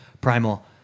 Primal